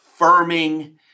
firming